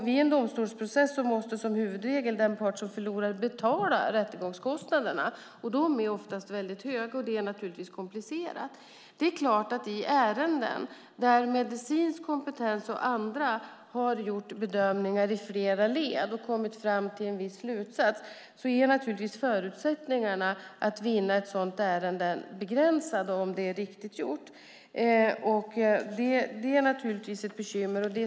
Vid en domstolsprocess måste som huvudregel den part som förlorar betala rättegångskostnaderna, och de är oftast väldigt höga. Det är naturligtvis komplicerat. I ärenden där medicinsk kompetens och andra har gjort bedömningar i flera led och kommit till en viss slutsats är naturligtvis förutsättningarna att vinna begränsade, om det hela är riktigt gjort. Det är naturligtvis ett bekymmer.